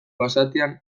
basatian